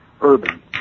urban